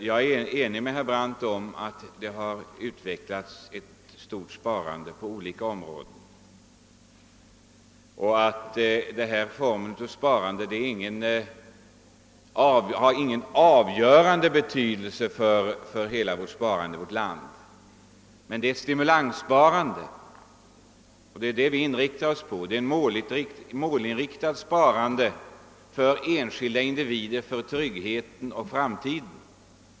Jag är ense med herr Brandt om att det har utvecklats ett stort sparande på olika områden och att denna form för sparande som vi talar om inte har någon avgörande betydelse för hela sparandet i vårt land. Men det är ett stimulanssparande, och det är detta vi inriktar oss på. Det är ett målinriktat sparande av enskilda individer för trygghet, för framtiden.